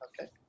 Okay